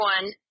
one